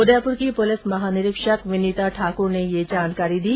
उदयपुर की प्लिस महानिरीक्षक विनीता ठाक्र ने ये जानकारी दी